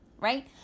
right